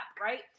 right